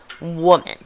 woman